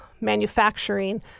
manufacturing